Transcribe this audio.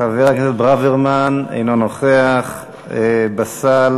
חבר הכנסת ברוורמן, אינו נוכח, באסל